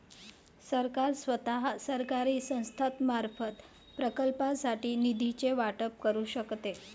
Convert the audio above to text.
सरकार स्वतः, सरकारी संस्थांमार्फत, प्रकल्पांसाठी निधीचे वाटप करू शकते